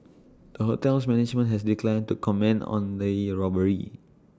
the hotel's management has declined to comment on the robbery